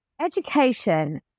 education